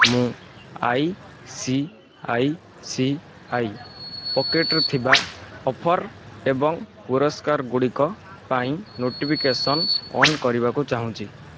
ମୁଁ I C I C I ପକେଟ୍ରେ ଥିବା ଅଫର୍ ଏବଂ ପୁରସ୍କାରଗୁଡ଼ିକ ପାଇଁ ନୋଟିଫିକେସନ୍ ଅନ୍ କରିବାକୁ ଚାହୁଁଛି